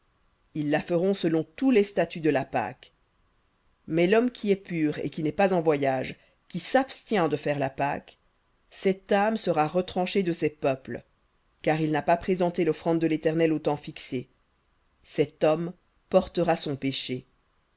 ils la feront selon tous les statuts de la pâque mais l'homme qui est pur et qui n'est pas en voyage qui s'abstient de faire la pâque cette âme sera retranchée de ses peuples car il n'a pas présenté l'offrande de l'éternel au temps fixé cet homme portera son péché